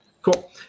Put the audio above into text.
Cool